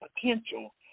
potential